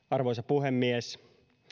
arvoisa puhemies